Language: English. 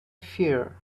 fear